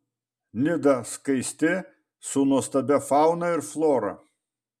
nida skaisti su nuostabia fauna ir flora